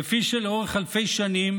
כפי שלאורך אלפי שנים